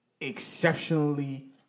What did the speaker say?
exceptionally